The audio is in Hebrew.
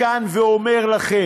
וכאן הסברתי,